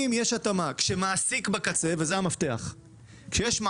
אם יש התאמה וזה המפתח כלומר,